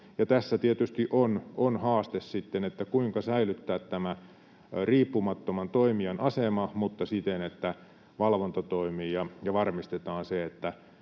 Tässä tietysti on haaste sitten, kuinka säilyttää tämä riippumattoman toimijan asema mutta siten, että valvonta toimii ja varmistetaan se,